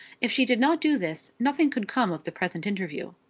if she did not do this, nothing could come of the present interview.